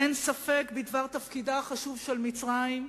אין ספק בדבר תפקידה החשוב של מצרים,